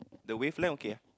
the wavelength okay ah